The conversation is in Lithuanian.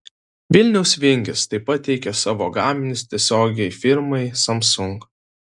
vilniaus vingis taip pat teikia savo gaminius tiesiogiai firmai samsung